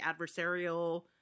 adversarial